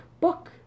book